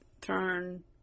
turn